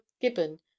Gibbon